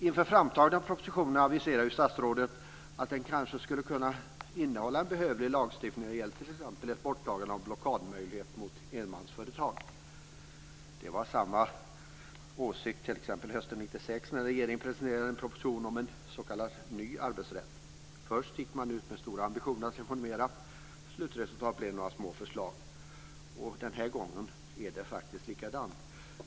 Inför framtagandet av propositionen aviserade statsrådet att den kanske skulle komma att innehålla en behövlig lagstiftning när det gällde t.ex. ett borttagande av blockadmöjligheten mot enmansföretag. Det var samma sak t.ex. hösten 1996 när regeringen presenterade en proposition om en s.k. ny arbetsrätt. Först gick man ut med stora ambitioner att reformera. Slutresultatet blev några små förslag. Denna gång är det faktiskt likadant.